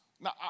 Now